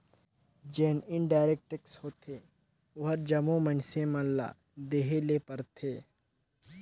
जेन indirect tax होथे ओहर जम्मो मइनसे मन ल देहे ले परथे